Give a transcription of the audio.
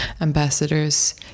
ambassadors